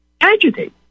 Agitate